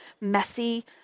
messy